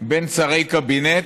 בין שרי קבינט,